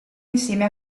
insieme